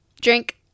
Drink